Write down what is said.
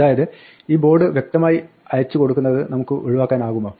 അതായത് ഈ ബോർഡ് വ്യക്തമായി അയച്ചുകൊടുക്കുന്നത് നമുക്ക് ഒഴിവാക്കാനാകുമോ